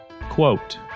quote